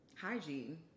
Hygiene